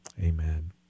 Amen